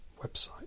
website